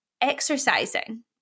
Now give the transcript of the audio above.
exercising